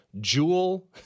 Jewel